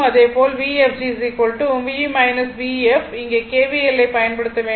அதேபோல் Vfg v Vef இங்கே kvl ஐப் பயன்படுத்த வேண்டும்